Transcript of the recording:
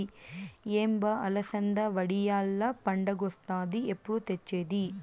ఏం బా అలసంద వడియాల్ల పండగొస్తాంది ఎప్పుడు తెచ్చేది